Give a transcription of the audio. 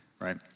right